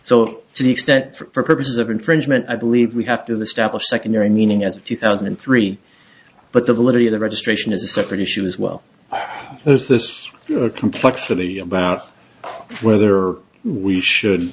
so to the extent for purposes of infringement i believe we have to the step of secondary meaning as of two thousand and three but the validity of the registration is a separate issue as well as this complexity about whether we should